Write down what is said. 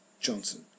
Johnson